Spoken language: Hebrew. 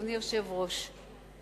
אדוני היושב-ראש,